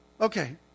Okay